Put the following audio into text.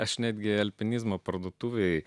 aš netgi alpinizmo parduotuvėje